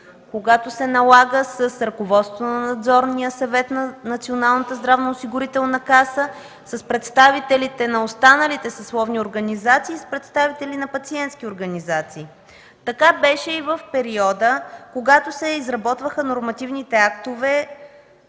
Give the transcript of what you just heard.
когато се налага – с ръководството на Надзорния съвет на Националната здравноосигурителна каса, с представителите на останалите съсловни организации и с представители на пациентски организации. Така беше и в периода, когато се изработваха нормативните актове,